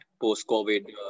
post-COVID